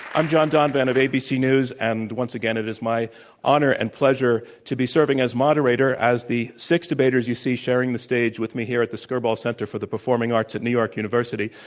i'm john donvan of abc news, and once again it is my honor and pleasure to be serving as moderator as the six debaters you see sharing the stage with me here at the skirball center for the performing arts at new york university,